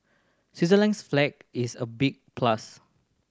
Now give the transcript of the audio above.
Switzerland's flag is a big plus